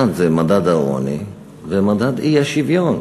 מדד העוני ומדד האי-שוויון.